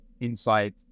inside